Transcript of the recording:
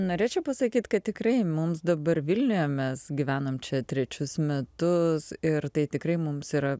norėčiau pasakyt kad tikrai mums dabar vilniuje mes gyvenam čia trečius metus ir tai tikrai mums yra